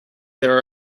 there